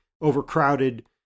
overcrowded